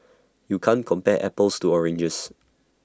you can't compare apples to oranges